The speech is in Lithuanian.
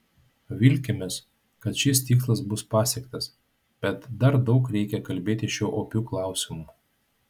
vilkimės kad šis tikslas bus pasiektas bet dar daug reikia kalbėti šiuo opiu klausimu